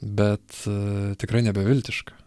bet tikrai ne beviltiška